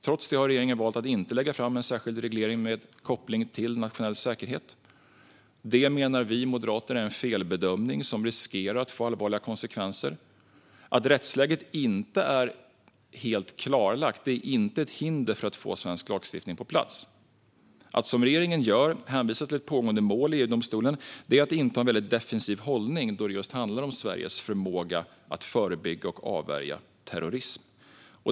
Trots det har regeringen valt att inte lägga fram en särskild reglering med koppling till nationell säkerhet. Vi moderater menar att det är en felbedömning som riskerar att få allvarliga konsekvenser. Att rättsläget inte är helt klarlagt är inte ett hinder för att få en svensk lagstiftning på plats. Att som regeringen gör hänvisa till ett pågående mål i EU-domstolen är att inta en väldigt defensiv hållning då det handlar om Sveriges förmåga att förebygga och avvärja terrorism.